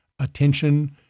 attention